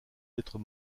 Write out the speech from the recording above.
lettres